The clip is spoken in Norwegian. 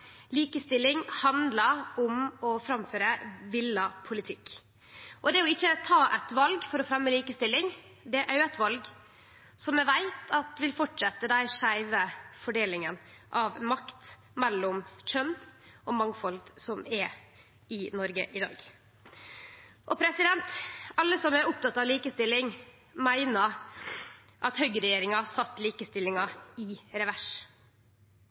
Likestilling handlar om å framføre vilja politikk. Det ikkje å ta eit val for å fremje likestilling, er òg eit val vi veit vil fortsetje dei skeive fordelingane av makt mellom kjønn og mangfald som er i Noreg i dag. Alle som er opptekne av likestilling, meiner at høgreregjeringa sette likestillinga i revers.